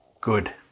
good